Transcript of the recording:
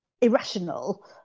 irrational